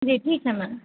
जी ठीक है मैम